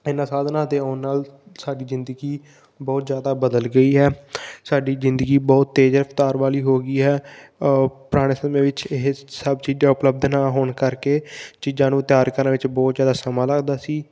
ਇਹਨਾਂ ਸਾਧਨਾਂ ਦੇ ਆਉਣ ਨਾਲ ਸਾਡੀ ਜ਼ਿੰਦਗੀ ਬਹੁਤ ਜ਼ਿਆਦਾ ਬਦਲ ਗਈ ਹੈ ਸਾਡੀ ਜ਼ਿੰਦਗੀ ਬਹੁਤ ਤੇਜ਼ ਰਫ਼ਤਾਰ ਵਾਲੀ ਹੋ ਗਈ ਹੈ ਪੁਰਾਣੇ ਸਮੇਂ ਵਿੱਚ ਇਹ ਸਭ ਚੀਜ਼ਾਂ ਉਪਲੱਬਧ ਨਾ ਹੋਣ ਕਰਕੇ ਚੀਜ਼ਾਂ ਨੂੰ ਤਿਆਰ ਕਰਨ ਵਿੱਚ ਬਹੁਤ ਜ਼ਿਆਦਾ ਸਮਾਂ ਲੱਗਦਾ ਸੀ